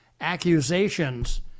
accusations